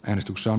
äänestyksen